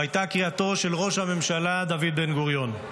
זו הייתה קריאתו של ראש הממשלה דוד בן-גוריון.